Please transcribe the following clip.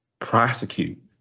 prosecute